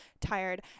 tired